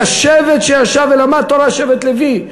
היה שבט שישב ולמד תורה, שבט לוי.